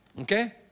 Okay